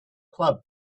club